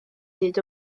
hyd